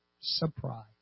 surprise